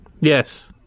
Yes